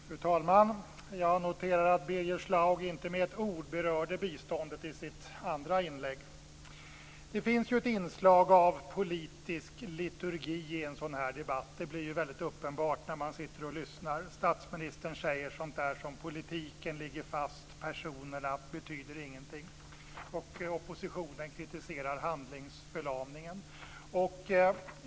Fru talman! Jag noterar att Birger Schlaug inte med ett ord berörde biståndet i sitt andra inlägg. Det finns ett inslag av politisk liturgi i en sådan här debatt. Det blir väldigt uppenbart när man sitter och lyssnar. Statsministern säger sådant som att politiken ligger fast och att personerna inte betyder någonting. Oppositionen kritiserar handlingsförlamningen.